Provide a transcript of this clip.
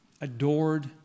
adored